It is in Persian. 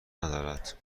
ندارد